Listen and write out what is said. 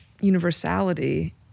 universality